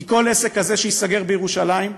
כי כל עסק כזה שייסגר, בירושלים,